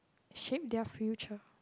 shape their future